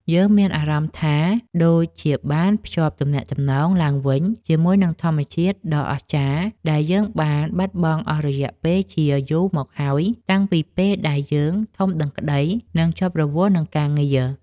យើងមានអារម្មណ៍ថាដូចជាបានភ្ជាប់ទំនាក់ទំនងឡើងវិញជាមួយនឹងធម្មជាតិដ៏អស្ចារ្យដែលយើងបានបាត់បង់អស់រយៈពេលជាយូរមកហើយតាំងពីពេលដែលយើងធំដឹងក្ដី និង ជាប់រវល់នឹងការងារ។